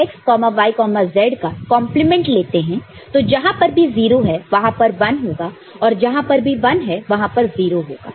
यदि हम F x y z का कॉन्प्लीमेंट लेते हैं तो जहां पर भी 0 है वहां पर 1 होगा और जहां पर भी 1 है वहां पर 0 होगा